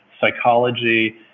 Psychology